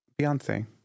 Beyonce